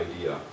idea